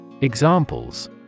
Examples